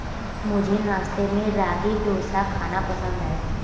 मुझे नाश्ते में रागी डोसा खाना पसंद है